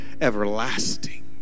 everlasting